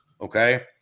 okay